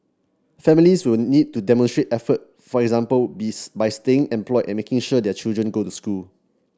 families will need to demonstrate effort for example by staying employed and making sure their children go to school